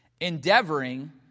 Endeavoring